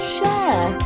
Share